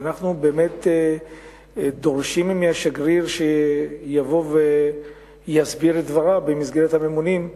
ואנחנו באמת דורשים מהשגריר שיבוא ויסביר את דבריו במסגרת הממונים,